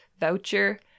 voucher